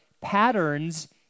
patterns